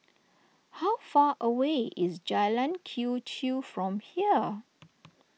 how far away is Jalan Quee Chew from here